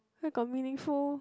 where got meaningful